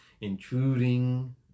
intruding